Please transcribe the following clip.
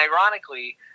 ironically